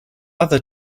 other